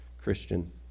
Christian